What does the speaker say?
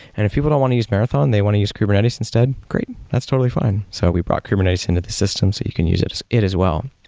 and if people don't want to use marathon, they want to use kubernetes instead. great! that's totally fine. so we brought kubernetes into the system so you can uses it as it as well.